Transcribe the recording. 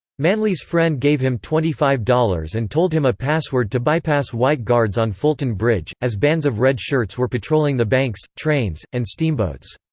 manly's friend gave him twenty five dollars and told him a password to bypass white guards on fulton bridge, as bands of red shirts were patrolling the banks, trains, and steamboats.